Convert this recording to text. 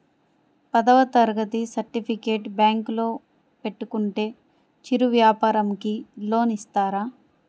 పదవ తరగతి సర్టిఫికేట్ బ్యాంకులో పెట్టుకుంటే చిరు వ్యాపారంకి లోన్ ఇస్తారా?